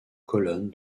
colonne